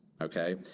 Okay